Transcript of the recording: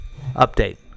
update